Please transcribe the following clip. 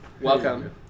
welcome